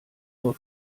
nur